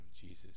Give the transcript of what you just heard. Jesus